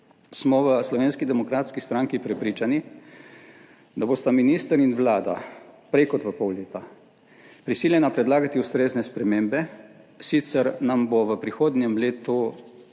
smo v Slovenski demokratski stranki prepričani, da bosta minister in Vlada prej kot v pol leta prisiljena predlagati ustrezne spremembe, sicer nam bo v prihodnjem letu